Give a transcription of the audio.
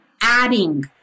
adding